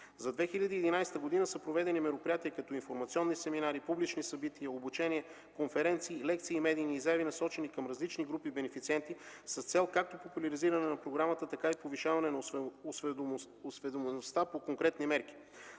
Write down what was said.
За 2011 г. са проведени мероприятия като информационни семинари, публични събития, обучение, конференции, лекции и медийни изяви, насочени към различни групи бенефициенти с цел както популяризиране на програмата, така и повишаване на осведомеността по конкретни мерки.